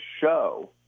show